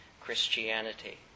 Christianity